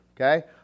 okay